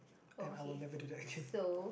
and I will never do that again